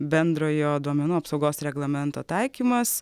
bendrojo duomenų apsaugos reglamento taikymas